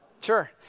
Sure